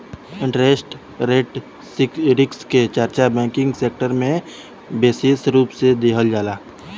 interest rate risk के चर्चा banking sector में बिसेस रूप से देखल जाला